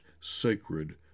sacred